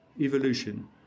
evolution